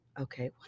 Okay